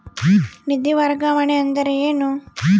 ನಿಧಿ ವರ್ಗಾವಣೆ ಅಂದರೆ ಏನು?